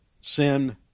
sin